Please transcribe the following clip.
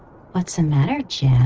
what's the matter